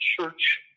church